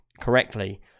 correctly